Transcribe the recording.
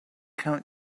count